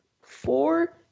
four